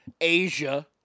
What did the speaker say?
Asia